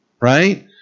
right